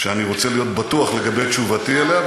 ואני רוצה להיות בטוח לגבי תשובתי עליה,